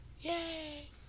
Yay